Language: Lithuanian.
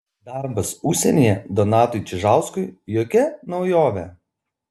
darbas užsienyje donatui čižauskui jokia naujovė